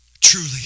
truly